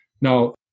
Now